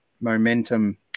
momentum